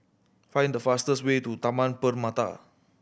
find the fastest way to Taman Permata